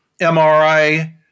MRI